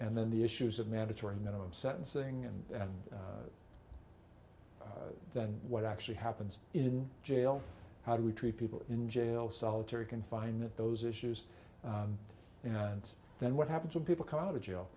and then the issues of mandatory minimum sentencing and then what actually happens in jail how do we treat people in jail solitary confinement those issues and then what happens when people come out of jail